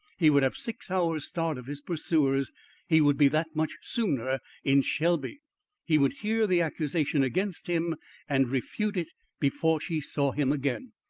he would have six hours' start of his pursuers he would be that much sooner in shelby he would hear the accusation against him and refute it before she saw him again.